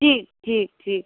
ठीक ठीक ठीक